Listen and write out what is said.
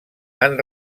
han